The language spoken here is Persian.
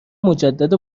مجدد